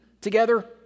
together